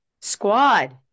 Squad